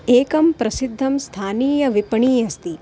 एकं प्रसिद्धं स्थानीयविपणिः अस्ति